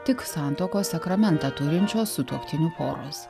tik santuokos sakramentą turinčios sutuoktinių poros